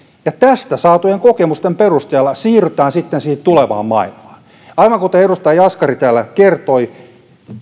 ja tästä saatujen kokemusten perusteella siirrytään sitten siihen tulevaan maailmaan aivan kuten edustaja jaskari täällä kertoi